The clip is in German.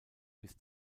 bis